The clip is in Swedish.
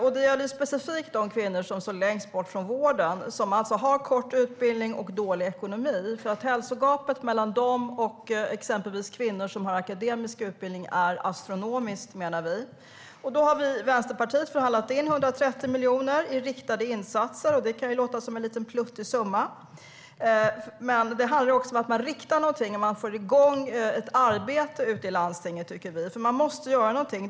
Det gäller specifikt de kvinnor som har kort utbildning och dålig ekonomi. Hälsogapet mellan dem och kvinnor som har akademisk utbildning är astronomiskt. Vänsterpartiet har förhandlat in 130 miljoner i riktade insatser. Det kan låta som en pluttsumma. Men genom att rikta pengar får man igång ett arbete i landstingen, och något måste göras.